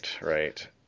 Right